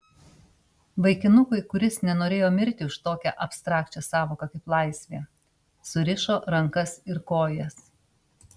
vaikinukui kuris nenorėjo mirti už tokią abstrakčią sąvoką kaip laisvė surišo rankas ir kojas